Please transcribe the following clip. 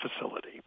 facility